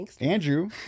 Andrew